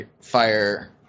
fire